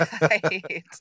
Right